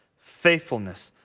faithfulness,